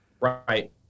Right